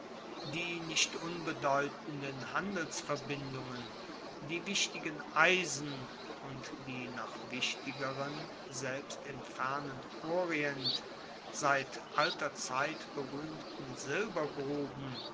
die nicht unbedeutenden handelsverbindungen die wichtigen eisen und die noch wichtigeren selbst im fernen orient seit alter zeit beruehmten